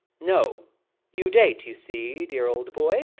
no you date, you see, dear old boy.